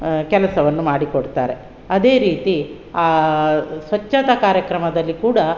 ಕೆಲಸವನ್ನು ಮಾಡಿಕೊಡ್ತಾರೆ ಅದೇ ರೀತಿ ಆ ಸ್ವಚ್ಛತಾ ಕಾರ್ಯಕ್ರಮದಲ್ಲಿ ಕೂಡ